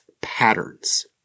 patterns